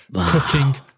Cooking